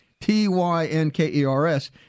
T-Y-N-K-E-R-S